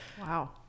Wow